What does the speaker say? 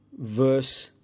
verse